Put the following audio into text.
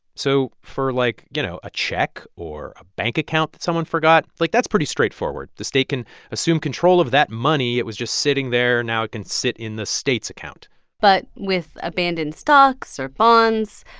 so for, like, you know, a check or a bank account that someone forgot, like, that's pretty straightforward. the state can assume control of that money. it was just sitting there. now it can sit in the state's account but with abandoned stocks or bonds,